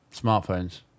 smartphones